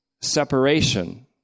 separation